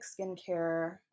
skincare